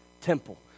temple